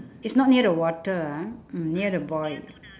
it's not near the water ah mm near the boy